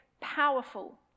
powerful